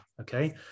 okay